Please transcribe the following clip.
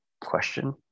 question